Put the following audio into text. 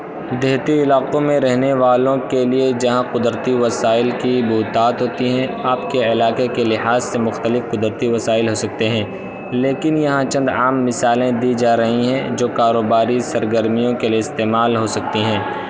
دیہاتی علاقوں میں رہنے والوں کے لیے جہاں قدرتی وسائل کی بہتات ہوتی ہیں آپ کے علاقے کے لحاظ سے مختلف قدرتی وسائل ہو سکتے ہیں لیکن یہاں چند عام مثالیں دی جا رہی ہیں جو کاروباری سرگرمیوں کے لیے استعمال ہو سکتی ہیں